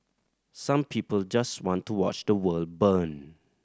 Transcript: some people just want to watch the world burn